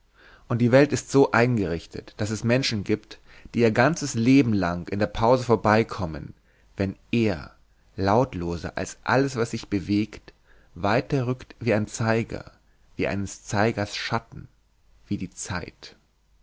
und die welt ist so eingerichtet daß es menschen giebt die ihr ganzes leben lang in der pause vorbeikommen wenn er lautloser als alles was sich bewegt weiter rückt wie ein zeiger wie eines zeigers schatten wie die zeit